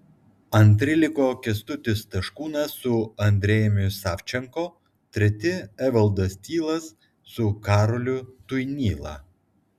antri liko kęstutis taškūnas su andrejumi savčenko treti evaldas tylas su karoliu tuinyla